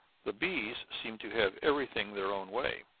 the bees seem to have everything their own way.